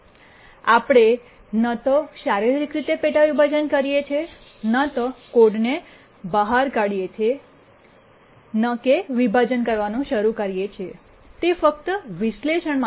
આપણે ન તો શારીરિક રીતે પેટા વિભાજન કરીએ છીએ ન તો કોડને બહાર કાઢીએ છીએ કે ન વિભાજન કરવાનું શરૂ કરીએ છીએ તે ફક્ત વિશ્લેષણ માટે છે